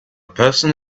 person